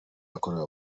yakorewe